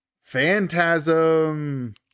Phantasm